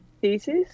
thesis